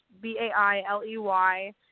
B-A-I-L-E-Y